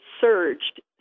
surged